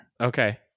Okay